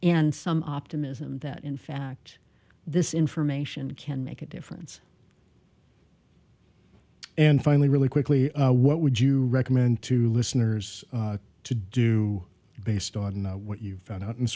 and some optimism that in fact this information can make a difference and finally really quickly what would you recommend to listeners to do based on what you found out